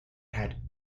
had